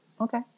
okay